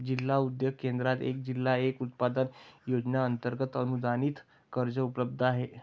जिल्हा उद्योग केंद्रात एक जिल्हा एक उत्पादन योजनेअंतर्गत अनुदानित कर्ज उपलब्ध आहे